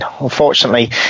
unfortunately